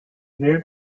read